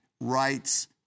rights